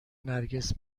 نرگس